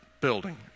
building